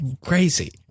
crazy